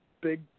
big